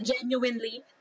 genuinely